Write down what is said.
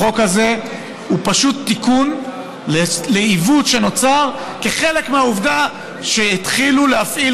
החוק הזה הוא פשוט תיקון לעיוות שנוצר כחלק מהעובדה שהתחילו להפעיל